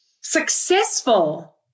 successful